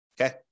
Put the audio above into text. okay